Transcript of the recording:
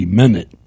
minute